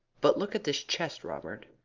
but look at this chest, robert.